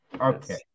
Okay